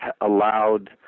allowed